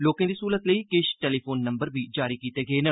लोकें दी स्हूलत लेई किश टेलीफोन नम्बर बी जारी कीते गे न